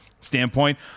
standpoint